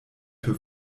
für